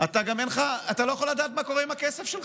אתה לא יכול לדעת מה קורה עם הכסף שלך.